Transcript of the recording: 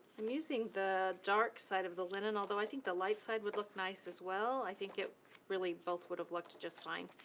i'm using the dark side of the linen, although i think the light side would look nice as well, i think that really both would have looked just fine.